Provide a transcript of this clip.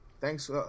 Thanks